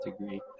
degree